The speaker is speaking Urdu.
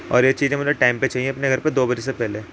اور یہ چیزیں مجھے ٹائم پہ چاہئیں اپنے گھر پہ دو بجے سے پہلے